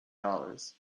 dollars